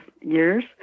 years